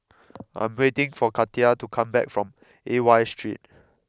I am waiting for Katia to come back from Aliwal Street